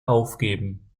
aufgeben